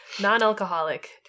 Non-alcoholic